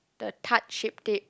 the Tarte Shape Tape